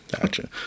gotcha